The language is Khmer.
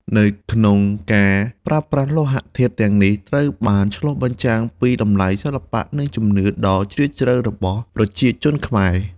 នៅក្នុងការប្រើប្រាស់លោហៈធាតុទាំងនេះ ត្រូវបានឆ្លុះបញ្ចាំងពីតម្លៃ សិល្បៈ និងជំនឿដ៏ជ្រាលជ្រៅរបស់ប្រជាជនខ្មែរ។